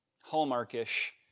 Hallmark-ish